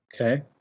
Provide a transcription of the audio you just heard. Okay